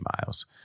miles